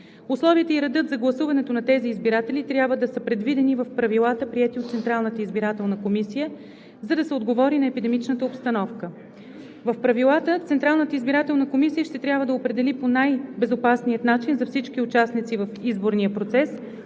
Условията и редът за гласуването на тези избиратели трябва да са предвидени в правилата, приети от Централната избирателна комисия, за да се отговори на епидемичната обстановка. В правилата Централната избирателна комисия ще трябва да определи по най-безопасния начин за всички участници в изборния процес